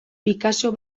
picasso